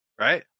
right